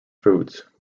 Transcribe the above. foods